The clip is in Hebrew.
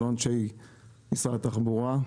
לא אנשי משרד התחבורה,